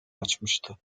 açmıştı